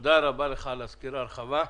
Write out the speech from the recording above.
תודה רבה לך על הסקירה הרחבה.